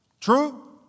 True